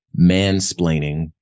mansplaining